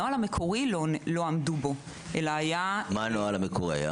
מה היה הנוהל המקורי?